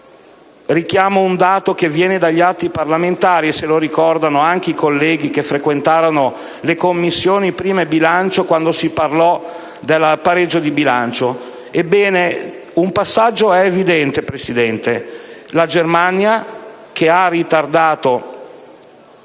Richiamo un dato che viene dagli atti parlamentari, e che ricordano anche i colleghi che frequentavano le Commissioni affari costituzionali e bilancio quando si parlò del pareggio di bilancio. Ebbene, un passaggio è evidente.